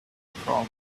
from